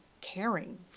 caring